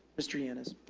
mr yannis?